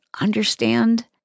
understand